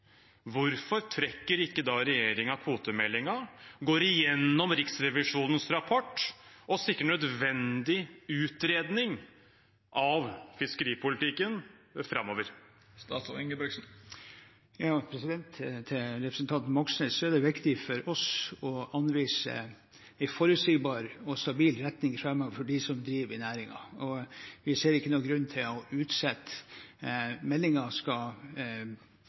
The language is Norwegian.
Hvorfor trekker ikke da regjeringen kvotemeldingen, går igjennom Riksrevisjonens rapport og sikrer en nødvendig utredning av fiskeripolitikken framover? Det er viktig for oss å anvise en forutsigbar og stabil retning framover for dem som driver i næringen. Vi kan ikke se at det å utsette